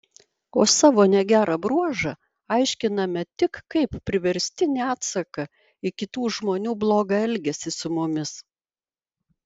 o savo negerą bruožą aiškiname tik kaip priverstinį atsaką į kitų žmonių blogą elgesį su mumis